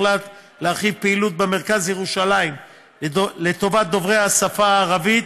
הוחלט להרחיב פעילות במרכז ירושלים לטובת דוברי השפה הערבית,